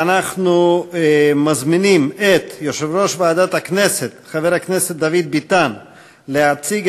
אנחנו מזמינים את יושב-ראש ועדת הכנסת חבר הכנסת דוד ביטן להציג